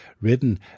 written